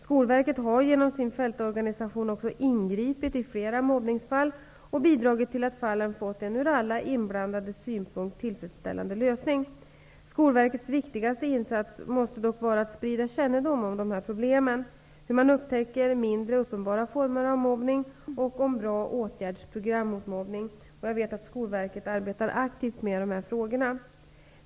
Skolverket har genom sin fältorganisation också ingripit i flera mobbningsfall och bidragit till att fallen fått en ur alla inblandades synpunkt tillfredsställande lösning. Skolverkets viktigaste insats måste dock vara att sprida kännedom om problemen, hur man upptäcker mindre uppenbara former av mobbning och om bra åtgärdsprogram mot mobbning. Jag vet att Skolverket arbetar aktivt med dessa frågor.